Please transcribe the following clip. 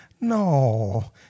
No